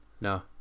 no